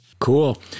Cool